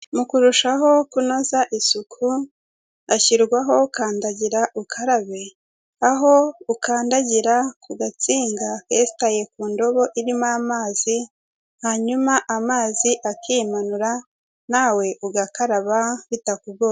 Mu kurushaho kunoza isuku, hashyirwaho kandagirukarabe, aho ukandagira ku gatsinga kesitaye ku ndobo irimo amazi, hanyuma amazi akimanura, nawe ugakaraba bitakugoye.